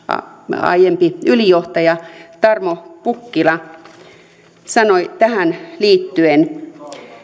aiempi ylijohtaja tarmo pukkila sanoi tähän liittyen